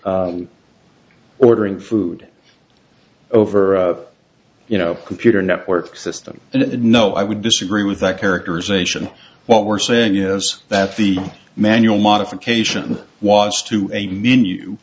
ordering food over you know computer network system and no i would disagree with that characterization what we're saying is that the manual modification was to a